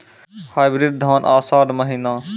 Hybrid धान आषाढ़ महीना?